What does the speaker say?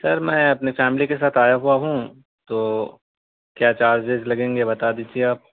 سر میں اپنی فیملی کے ساتھ آیا ہوا ہوں تو کیا چارجز لگیں گے بتا دیجیے آپ